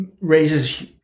raises